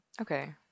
okay